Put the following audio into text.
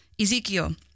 Ezekiel